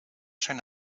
zijn